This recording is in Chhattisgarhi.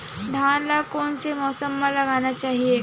धान ल कोन से मौसम म लगाना चहिए?